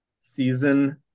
season